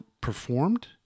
performed